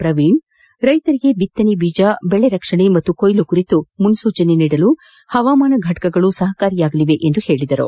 ಪ್ರವೀಣ್ ರೈತರಿಗೆ ಭಿತ್ತನೆ ಬೀಜ ಬೆಳೆ ರಕ್ಷಣೆ ಹಾಗೂ ಕೊಯ್ಲು ಕುರಿತು ಮುನ್ಲೂಚನೆ ನೀಡಲು ಪವಾಮಾನ ಘಟಕಗಳು ಸಪಕಾರಿಯಾಗಲಿವೆ ಎಂದು ತಿಳಿಸಿದರು